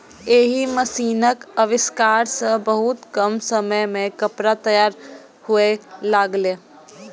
एहि मशीनक आविष्कार सं बहुत कम समय मे कपड़ा तैयार हुअय लागलै